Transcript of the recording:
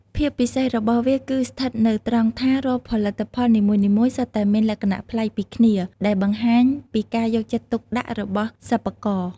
ភាពពិសេសរបស់វាគឺស្ថិតនៅត្រង់ថា រាល់ផលិតផលនីមួយៗសុទ្ធតែមានលក្ខណៈប្លែកពីគ្នា ដែលបង្ហាញពីការយកចិត្តទុកដាក់របស់សិប្បករ។